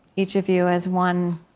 each of you, as one